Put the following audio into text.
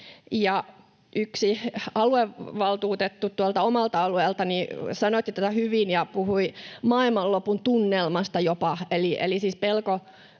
Yksi aluevaltuutettu tuolta omalta alueeltani sanoitti tätä hyvin ja puhui jopa ”maailmanlopun tunnelmasta”.